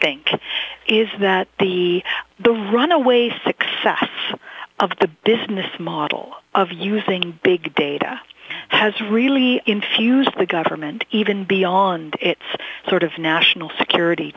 think is that the the runaway success of the business model of using big data has really infused the government even beyond its sort of national security